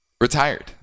retired